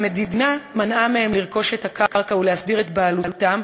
המדינה מנעה מהם לרכוש את הקרקע ולהסדיר את בעלותם,